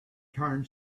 turn